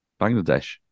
Bangladesh